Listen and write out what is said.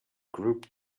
group